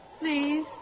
Please